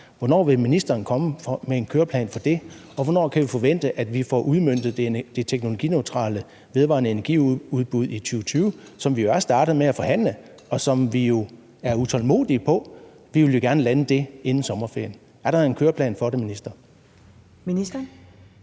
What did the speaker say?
Hvornår vil ministeren komme med en køreplan for det? Og hvornår kan vi forvente, at vi får udmøntet det teknologineutrale vedvarende energi-udbud i 2020, som vi jo er startet med at forhandle om, og som vi venter utålmodigt på, for vi vil gerne lande det inden sommerferien? Er der en køreplan for det, minister? Kl.